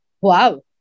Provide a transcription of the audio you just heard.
Wow